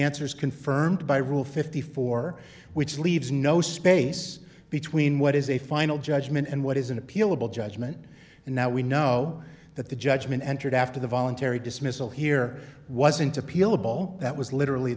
answer is confirmed by rule fifty four which leaves no space between what is a final judgment and what is an appealable judgment and now we know that the judgment entered after the voluntary dismissal here wasn't appealable that was literally